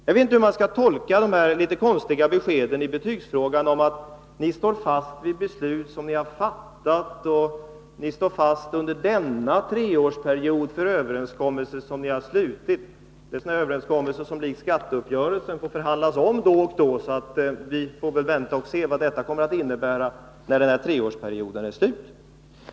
Jag vet inte hur man skall tolka de här litet konstiga beskeden i betygsfrågan, om att ni under denna treårsperiod står fast vid beslut som ni har fattat och överenskommelser som ni har slutit. Är det säkert att det inte är frågan om sådana överenskommelser som det liksom beträffande skatteuppgörelsen skall förhandlas om med jämna mellanrum. Vi får väl vänta och se vad som hänt när denna treårsperiod är slut.